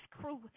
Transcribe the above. crew